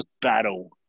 battle